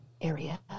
area